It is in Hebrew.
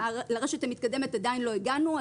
לרשת המתקדמת עדיין לא הגענו ברור.